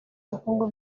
ubukungu